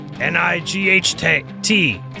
N-I-G-H-T